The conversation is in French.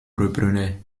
reprenait